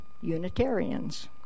Unitarians